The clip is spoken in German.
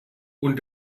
und